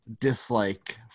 dislike